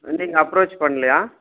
நீங்கள் அப்ரோச் பண்ணலையா